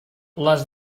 les